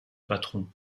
patron